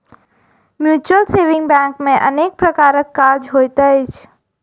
mutual saving bank मे अनेक प्रकारक काज होइत अछि